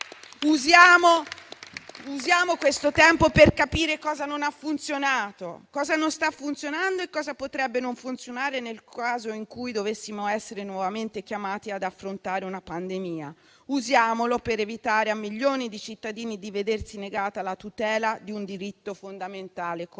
Usiamo questo tempo per capire cosa non ha funzionato, cosa non sta funzionando e cosa potrebbe non funzionare nel caso in cui dovessimo essere nuovamente chiamati ad affrontare una pandemia. Usiamolo per evitare a milioni di cittadini di vedersi negata la tutela di un diritto fondamentale come il